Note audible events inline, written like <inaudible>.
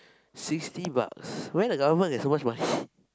sixty bucks where the government get so much money <breath>